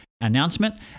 announcement